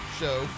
show